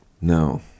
No